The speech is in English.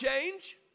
change